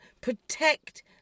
Protect